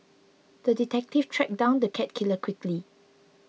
the detective tracked down the cat killer quickly